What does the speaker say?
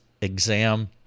exam